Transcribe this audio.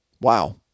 Wow